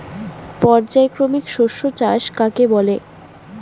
পর্যায়ক্রমিক শস্য চাষ কাকে বলে?